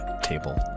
Table